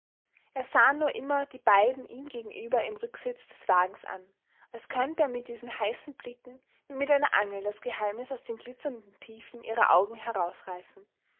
er sah nur immer die beiden ihm gegenüber im rücksitz des wagens an als könnte er mit diesen heißen blicken wie mit einer angel das geheimnis aus den glitzernden tiefen ihrer augen herausreißen